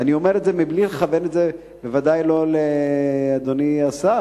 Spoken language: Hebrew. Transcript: ואני אומר את זה מבלי לכוון את זה בוודאי לא לאדוני השר,